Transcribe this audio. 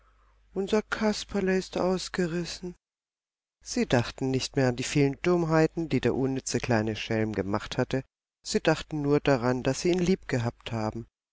unser kasperle ist ausgerissen sie dachten nicht mehr an die vielen dummheiten die der unnütze kleine schelm gemacht hatte sie dachten nur daran daß sie ihn liebgehabt hatten